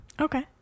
Okay